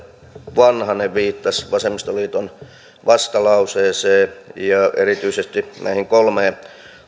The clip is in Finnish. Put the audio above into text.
vanhanen viittasi vasemmistoliiton vastalauseeseen ja erityisesti näihin kolmeen